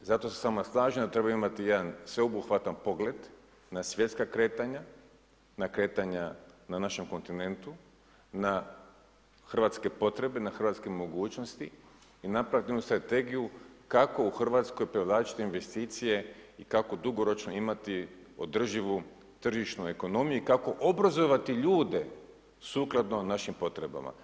Zato se s vama slažem da treba imati jedan sveobuhvatan pogled na svjetska kretanja, na kretanja na našem kontinentu, na hrvatske potrebe na hrvatske mogućnosti i napraviti jednu strategiju kako u RH privlačiti investicije i kako dugoročno imati održivu tržišnu ekonomiju i kako obrazovati ljude sukladno našim potrebama.